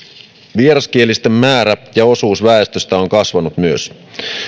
vieraskielisten määrä ja osuus väestöstä on kasvanut myös